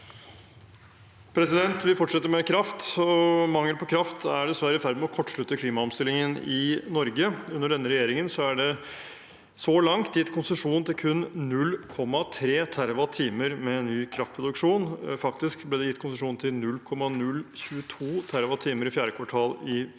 Vi fortsetter med kraft. Mangelen på kraft er dessverre i ferd med å kortslutte klimaomstillingen i Norge. Under denne regjeringen er det så langt gitt konsesjon til kun 0,3 TWh med ny kraftproduksjon. Faktisk ble det gitt konsesjon til 0,022 TWh i fjerde kvartal i fjor.